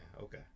Okay